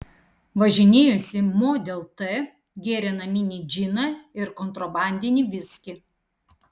važinėjosi model t gėrė naminį džiną ir kontrabandinį viskį